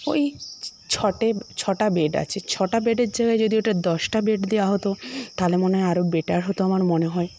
ওই ছটে ছটা বেড আছে ছটা বেডের জায়গায় যদি ওটা দশটা বেড দেওয়া হত তাহলে মনে হয় আরও বেটার হত আমার মনে হয়